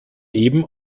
eben